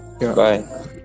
Bye